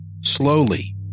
Slowly